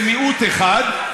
הקואליציה,